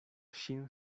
ŝin